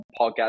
podcast